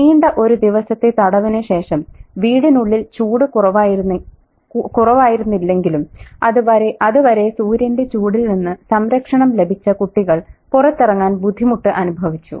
നീണ്ട ഒരു ദിവസത്തെ തടവിന് ശേഷം വീടിനുള്ളിൽ ചൂട് കുറവായിരുന്നില്ലെങ്കിലും അത് വരെ സൂര്യന്റെ ചൂടിൽ നിന്ന് സംരക്ഷണം ലഭിച്ച കുട്ടികൾ പുറത്തിറങ്ങാൻ ബുദ്ധിമുട്ട് അനുഭവിച്ചു